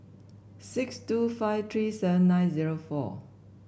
six two five three seven nine zero four